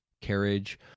carriage